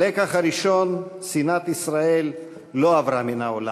"הלקח הראשון, שנאת ישראל לא עברה מן העולם.